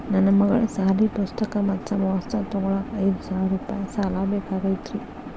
ನನ್ನ ಮಗಳ ಸಾಲಿ ಪುಸ್ತಕ್ ಮತ್ತ ಸಮವಸ್ತ್ರ ತೊಗೋಳಾಕ್ ಐದು ಸಾವಿರ ರೂಪಾಯಿ ಸಾಲ ಬೇಕಾಗೈತ್ರಿ